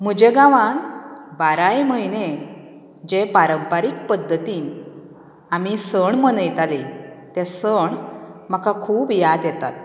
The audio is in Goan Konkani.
म्हज्या गावांत बाराय म्हयने जे पारंपरीक पध्दतीन आमी सण मनयतालीं तें सण म्हाका खूब याद येतात